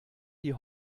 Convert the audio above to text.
die